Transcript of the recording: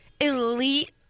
elite